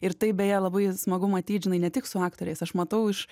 ir tai beje labai smagu matyt žinai ne tik su aktoriais aš matau iš